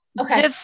Okay